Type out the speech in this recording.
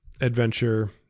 adventure